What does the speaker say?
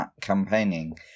campaigning